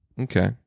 Okay